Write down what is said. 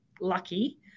lucky